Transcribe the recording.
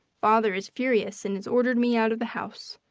father is furious and has ordered me out of the house.